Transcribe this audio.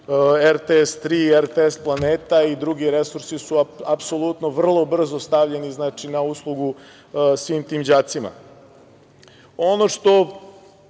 RTS 3 i RTS planeta i drugi resursi su apsolutno vrlo brzo stavljeni na uslugu svim tim đacima. Ono što,